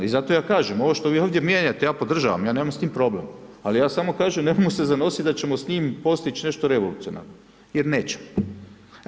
I zato ja kažem ovo što vi ovdje mijenjate ja podržavam, ja nemam s time problem a ja samo kažem nemojmo se zanositi da ćemo s njim postići nešto revolucionarno jer nećemo.